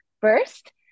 first